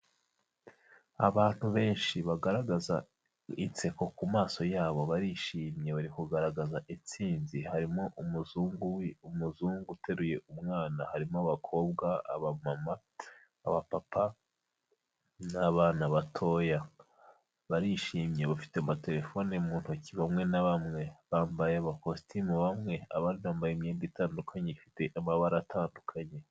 Abantu benshi bagaragaza inseko ku maso yabo, barishimye bari kugaragaza intsinzi, harimo umuzungu uteruye umwana, harimo abakobwa abamama, abapapa n'abana batoya, barishimye bafite amatelefone mu ntoki bamwe na bamwe. Bambaye amakositimu bamwe abandi bambaye imyenda itandukanye ifite amabara atandukanye.